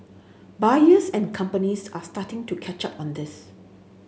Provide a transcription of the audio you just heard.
buyers and companies are starting to catch up on this